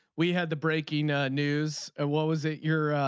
we had the breaking ah news. ah what was it your